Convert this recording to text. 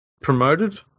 promoted